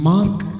Mark